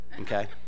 okay